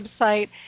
website